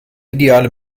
ideale